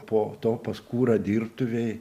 po to pas kūrą dirbtuvėj